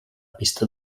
pista